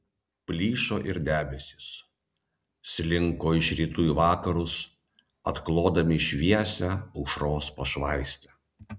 plyšo ir debesys slinko iš rytų į vakarus atklodami šviesią aušros pašvaistę